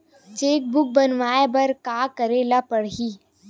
Cheque book बनवाय बर का करे ल पड़हि?